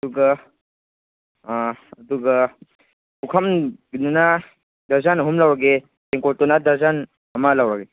ꯑꯗꯨꯒ ꯑꯗꯨꯒ ꯄꯨꯈꯝꯒꯤꯗꯨꯅ ꯗꯔꯖꯟ ꯑꯍꯨꯝ ꯂꯧꯔꯒꯦ ꯇꯦꯡꯀꯣꯠꯇꯨꯅ ꯗꯔꯖꯟ ꯑꯃ ꯂꯧꯔꯒꯦ